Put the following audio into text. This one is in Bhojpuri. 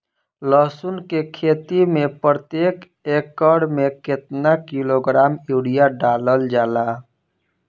लहसुन के खेती में प्रतेक एकड़ में केतना किलोग्राम यूरिया डालल जाला?